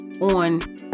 on